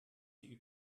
sie